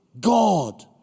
God